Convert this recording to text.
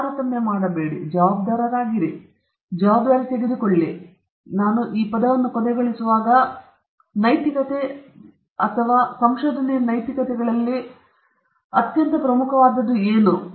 ತಾರತಮ್ಯ ಮಾಡಬೇಡಿ ಜವಾಬ್ದಾರರಾಗಿರಿ ಮತ್ತು ಜವಾಬ್ದಾರಿ ತೆಗೆದುಕೊಳ್ಳಿ ಪ್ರಾಯಶಃ ನಾನು ಈ ಪದವನ್ನು ಕೊನೆಗೊಳಿಸುವಾಗ ನೈತಿಕತೆ ಅಥವಾ ಸಂಶೋಧನೆಯ ನೈತಿಕತೆಗಳಲ್ಲಿ ಅತ್ಯಂತ ಪ್ರಮುಖವಾದದ್ದು ಯಾವುದು